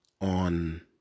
on